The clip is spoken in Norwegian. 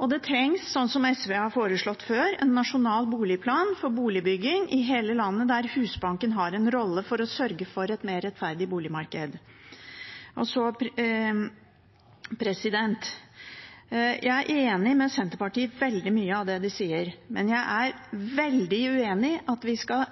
og det trengs – som SV har foreslått før – en nasjonal boligplan for boligbygging i hele landet, der Husbanken har en rolle for å sørge for et mer rettferdig boligmarked. Jeg er enig med Senterpartiet i veldig mye av det de sier, men jeg er veldig uenig i at vi skal